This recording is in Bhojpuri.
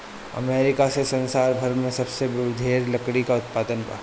अमेरिका में संसार भर में सबसे ढेर लकड़ी के उत्पादन बा